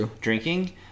drinking